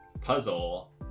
puzzle